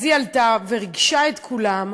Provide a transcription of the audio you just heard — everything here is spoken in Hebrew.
היא עלתה וריגשה את כולם.